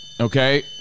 Okay